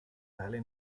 tale